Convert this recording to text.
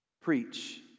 preach